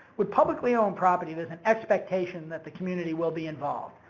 with publicly owned property, there's an expectation that the community will be involved.